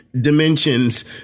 dimensions